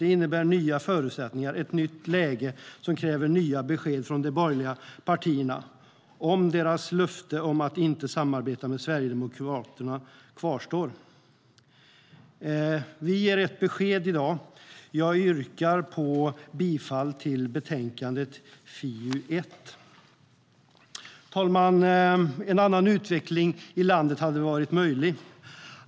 Det innebär nya förutsättningar, ett nytt läge som kräver nya besked från de borgerliga partierna, om deras löfte om att inte samarbeta med Sverigedemokraterna kvarstår. Herr talman! En annan utveckling i landet hade varit möjlig.